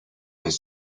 his